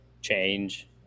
change